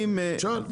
תשאל.